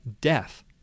death